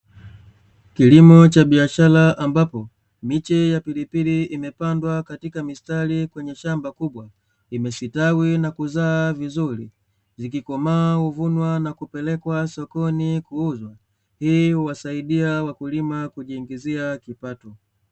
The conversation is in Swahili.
Kilimo cha biashara ambapo miche ya pilipili imepandwa katika mistari kwenye shamba kubwa, imesitawi na kuzaa vizuri, zikikomaa huvunwa na kupelekwa sokoni kuuzwa. Hii huwasaidia wakulima kujiingizia kipato.